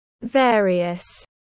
Various